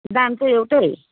दाम चाहिँ एउटै